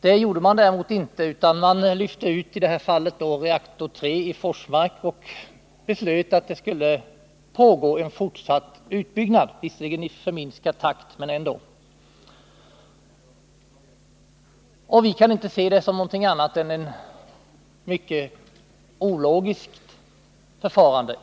Det gjorde man nu inte, utan man lyfte ut frågan om reaktor 3 i Forsmark och beslöt att en fortsatt utbyggnad skulle genomföras — utbyggnaden skulle visserligen ske i lägre takt, men det rörde sig dock om en utbyggnad. Vi kaniinte se detta som någonting annat än ett mycket ologiskt förfarande.